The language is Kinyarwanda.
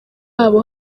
abo